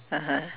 (uh huh)